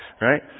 right